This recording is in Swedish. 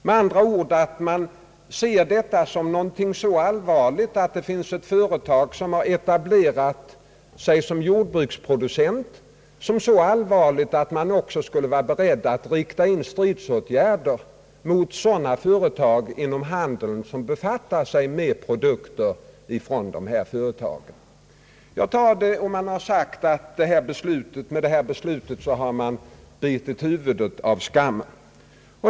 Med andra ord: man anser det vara så allvarligt att ett affärsföretag har etablerat sig som jordbruksproducent, att man är beredd att rikta in stridsåtgärder mot företag inom handeln som befattar sig med produkter från företaget. Man har vidare sagt att jag med det här beslutet har bitit huvudet av skammen.